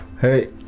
Hey